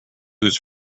was